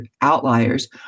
outliers